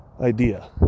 idea